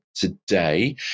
Today